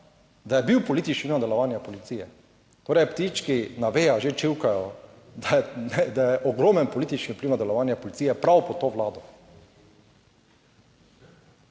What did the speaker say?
da je bil politični, delovanja policije. Torej, ptički na vejah že čivkajo, da je ogromen politični vpliv na delovanje policije prav pod to vlado.